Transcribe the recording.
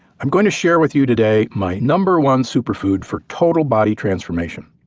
i'm going to share with you today my number one super food for total body transformation.